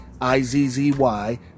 I-Z-Z-Y